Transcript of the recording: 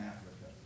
Africa